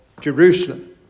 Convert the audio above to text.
Jerusalem